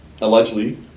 allegedly